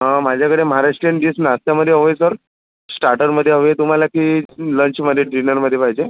हां माझ्याकडे महाराष्ट्रीयन डिश नाश्त्यामध्ये हवे सर स्टार्टरमध्ये हवे आहे तुम्हाला की लंचमध्ये डिनरमध्ये पाहिजे